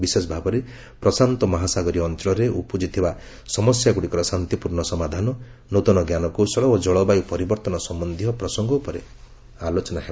ବିଶେଷଭାବରେ ପ୍ରଶାନ୍ତ ମହାସାଗରୀୟ ଅଞ୍ଚଳରେ ଉପୁଜିଥିବା ସମସ୍ୟା ଗୁଡିକର ଶାନ୍ତିପୂର୍ଣ୍ଣ ସମାଧାନ ନୂତନ ଜ୍ଞାନ କୌଶଳ ଓ ଜଳବାୟ ପରିବର୍ତ୍ତନ ସମ୍ୟନ୍ଧୀୟ ପ୍ରସଙ୍ଗ ଉପରେ ଆଲୋଚନା ହେବ